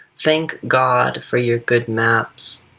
thank god for your good maps.